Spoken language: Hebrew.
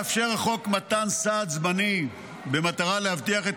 מאפשר החוק מתן סעד זמני במטרה להבטיח את